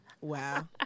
Wow